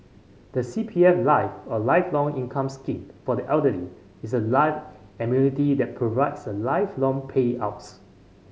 the C P F Life or Lifelong Income Scheme for the Elderly is a life annuity that provides lifelong payouts